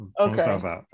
Okay